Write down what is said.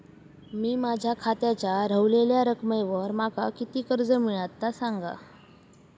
मी माझ्या खात्याच्या ऱ्हवलेल्या रकमेवर माका किती कर्ज मिळात ता सांगा?